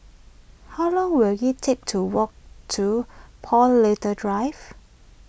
how long will it take to walk to Paul Little Drive